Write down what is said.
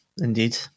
indeed